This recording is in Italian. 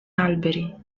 alberi